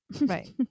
Right